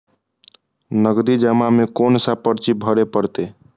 नगदी जमा में कोन सा पर्ची भरे परतें?